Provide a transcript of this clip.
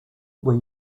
were